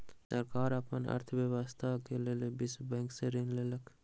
सरकार अपन अर्थव्यवस्था के लेल विश्व बैंक से ऋण लेलक